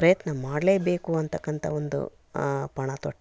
ಪ್ರಯತ್ನ ಮಾಡಲೇಬೇಕು ಅಂತಕ್ಕಂಥ ಒಂದು ಪಣ ತೊಟ್ಟೆ